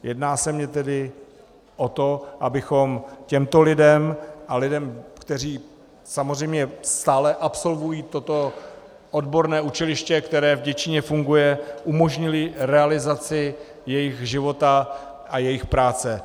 Jedná se mi tedy o to, abychom těmto lidem a lidem, kteří samozřejmě stále absolvují toto odborné učiliště, které v Děčíně funguje, umožnili realizaci jejich života a jejich práce.